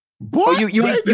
Boy